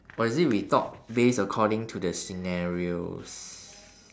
or is it we talk based according to the scenarios